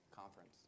conference